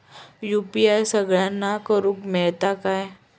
UPI सगळ्यांना करुक मेलता काय?